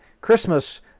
Christmas